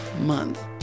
month